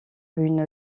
une